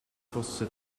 fosse